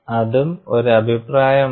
അതും ഒരു അഭിപ്രായമാണ്